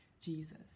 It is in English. Jesus